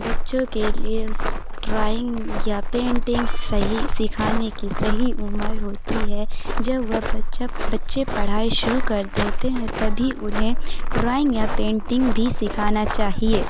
بچّوں کے لیے اس ڈرائنگ یا پینٹنگ صحیح سکھانے کی صحیح عمر ہوتی ہے جب وہ بچی بچہ بچے پڑھائی شروع کر دیتے ہیں تبھی انہیں ڈرائنگ یا پینٹنگ بھی سیکھانا چاہیے